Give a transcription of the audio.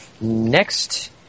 next